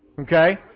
Okay